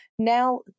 Now